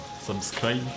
subscribe